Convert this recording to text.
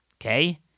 Okay